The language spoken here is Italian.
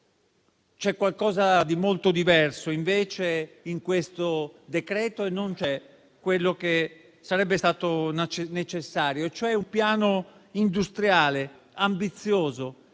c'è qualcosa di molto diverso in questo decreto e non c'è quello che sarebbe stato necessario: un piano industriale ambizioso,